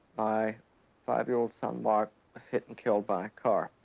my five-year-old son mark was hit and killed by a car.